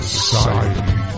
Society